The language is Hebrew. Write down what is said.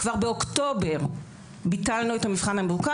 כבר באוקטובר ביטלנו את המבחן המבוקר